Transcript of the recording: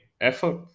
effort